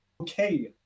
okay